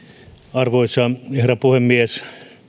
arvoisa herra puhemies